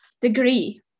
degree